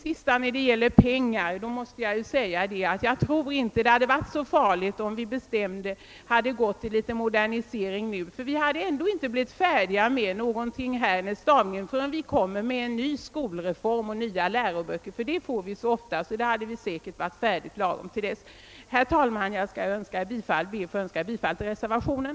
Vad pengarna beträffar tror jag inte det är så farligt om vi nu beslutar en modernisering, eftersom vi ändå inte blir färdiga med en stavningsreform förrän vi får en ny skolreform och nya läroböcker. Det får vi nu så ofta, att det inte behöver vara något problem. Jag yrkar bifall till reservationen.